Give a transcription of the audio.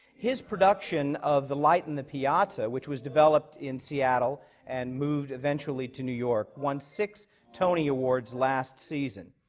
his production of the light in the piazza, which was developed in seattle and moved eventually to new york, won six tony awards last season.